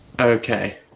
Okay